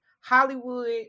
Hollywood